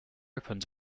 opened